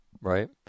right